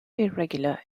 irregular